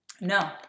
No